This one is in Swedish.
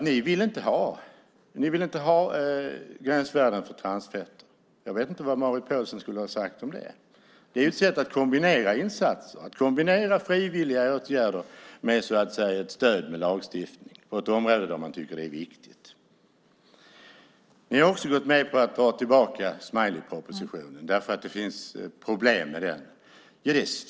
Ni vill inte ha gränsvärden för transfetter. Jag vet inte vad Marit Paulsen skulle ha sagt om det. Det är ett sätt att kombinera insatser, att kombinera frivilliga åtgärder med stöd i lagstiftningen på ett område som man tycker är viktigt. Ni har också gått med på att dra tillbaka den så kallade smileypropositionen eftersom det finns problem med den.